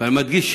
ואני מדגיש,